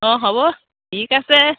অঁ হ'ব ঠিক আছে